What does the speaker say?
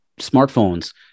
smartphones